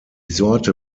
sorte